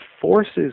forces